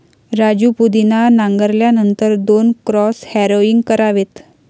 राजू पुदिना नांगरल्यानंतर दोन क्रॉस हॅरोइंग करावेत